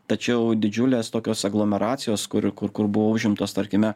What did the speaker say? tačiau didžiulės tokios aglomeracijos kurių kur kur buvo užimtos tarkime